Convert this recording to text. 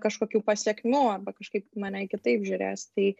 kažkokių pasekmių arba kažkaip į mane kitaip žiūrės tai